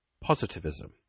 positivism